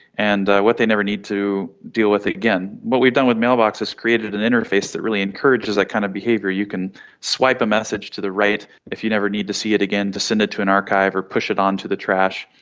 and what they never need to deal with again. what we've done with mailbox is created an interface that really encourages that kind of behaviour. you can swipe a message to the right if you never need to see it again, just send it to an archive or push it onto the trash,